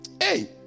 Hey